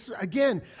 Again